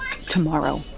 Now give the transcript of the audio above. Tomorrow